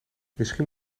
misschien